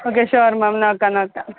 okay sure ma'am നോക്കാം നോക്കാം